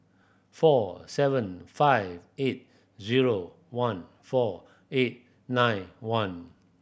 four seven five eight zero one four eight nine one